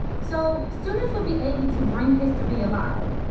so students will be able to bring history alive.